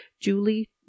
Julie